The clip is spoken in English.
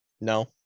No